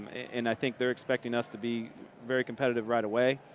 and i think they're expecting us to be very competitive right away.